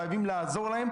חייבים לעזור להם,